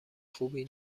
خوبی